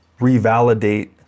revalidate